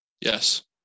Yes